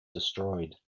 destroyed